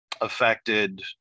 affected